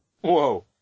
Whoa